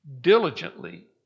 Diligently